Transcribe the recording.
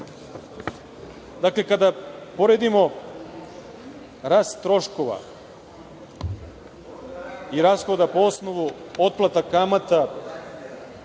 način. Dakle, kada poredimo rast troškova i rashoda po osnovu otplata kamata